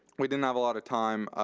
we didn't have a lot of time.